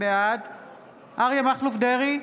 בעד אריה מכלוף דרעי,